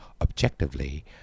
objectively